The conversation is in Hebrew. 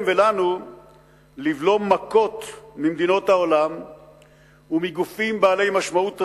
ולנו לבלום מכות ממדינות העולם ומגופים בעלי משמעות רבה,